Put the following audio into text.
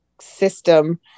system